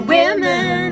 women